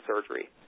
surgery